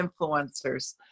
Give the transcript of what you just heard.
influencers